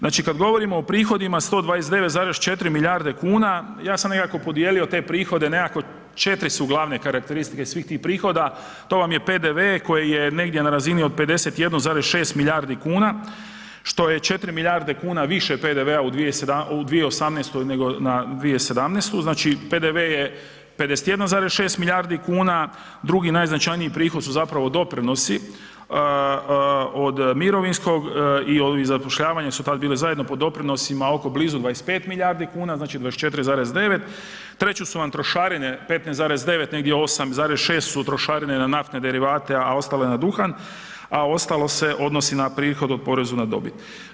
Znači, kad govorimo o prihodima, 129,4 milijarde kuna, ja sam nekako podijelio te prihode, nekako 4 su glavne karakteristike svih tih prihoda, to vam je PDV koji je negdje na razini od 51,6 milijardi kuna, što je 4 milijarde kuna više PDV-a u 2018. nego na 2017. znači, PDV je 51,6 milijardi kuna, drugi najznačajniji prihodi su zapravo doprinosi od mirovinskog i zapošljavanja su tad bila zajedno pod doprinosima oko blizu 25 milijardi kuna, znači 24,9, treće su vam trošarine 15,9 negdje 8,6 su trošarine na naftne derivate, a ostale na duhan, a ostalo se odnosi na prihod o poreznu na dobit.